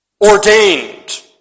Ordained